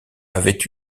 avait